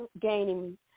gaining